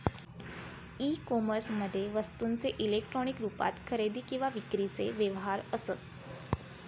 E कोमर्समध्ये वस्तूंचे electronic रुपात खरेदी किंवा विक्रीचे व्यवहार असत